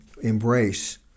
embrace